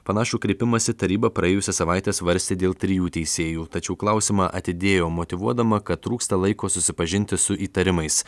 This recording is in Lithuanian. panašų kreipimąsi taryba praėjusią savaitę svarstė dėl trijų teisėjų tačiau klausimą atidėjo motyvuodama kad trūksta laiko susipažinti su įtarimais